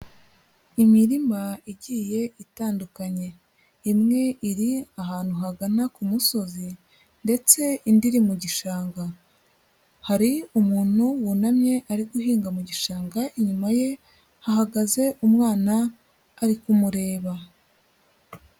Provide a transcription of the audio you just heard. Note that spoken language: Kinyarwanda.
Imirima igiye itandukanye, imwe iri ahantu hagana ku musozi ndetse indi iri mu gishanga, hari umuntu wunamye ari guhinga mu gishanga, inyuma ye hahagaze umwana ari kumureba.